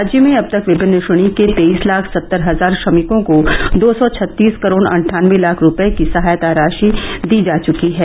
राज्य में अब तक विभिन्न श्रेणी के तेईस लाख सत्तर हजार श्रमिकों को दो सौ छत्तीस करोड़ अट्ठानबे लाख रूपये की सहायता राशि दी जा चुकी है